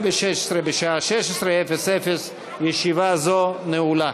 מתנגדים, אין נמנעים.